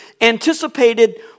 anticipated